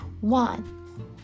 One